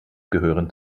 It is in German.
gehören